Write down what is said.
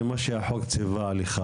זה מה שהחוק ציווה עליך,